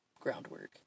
groundwork